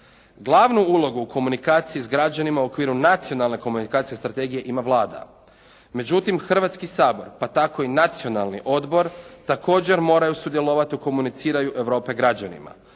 Glavnu ulogu u komunikaciji s građanima u okviru nacionalne komunikacije i strategije ima Vlada. Međutim, Hrvatski sabor pa tako i Nacionalni odbor također moraju sudjelovati u komuniciranju Europe građanima.